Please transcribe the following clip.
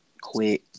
quit